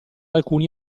alcuni